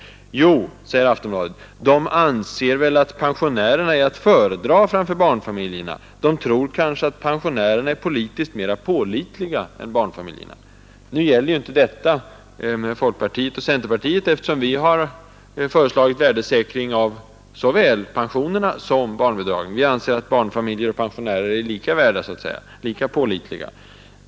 Jo, säger Aftonbladet, ”dom anser väl att pensionärerna är att föredra framför barnfamiljerna. Dom tror kanske att pensionärerna är politiskt mera pålitliga än barnfamiljerna.” Nu gäller ju detta resonemang inte folkpartiet och centerpartiet, eftersom vi har föreslagit värdesäkring av såväl pensionerna som barnbidragen. Vi anser att pensionärerna och barnfamiljerna är lika pålitliga.